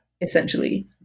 Essentially